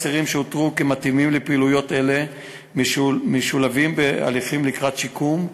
אסירים שאותרו כמתאימים לפעילויות אלה משולבים בהליכים לקראת שיקום,